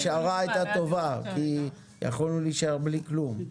הפשרה היתה טובה כי יכולנו להישאר בלי כלום.